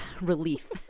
relief